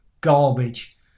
garbage